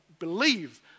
believe